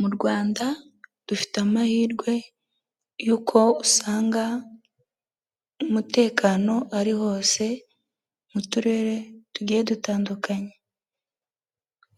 Mu rwanda dufite amahirwe y'uko usanga umutekano ari wose, mu turere tugiye dutandukanye.